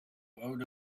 out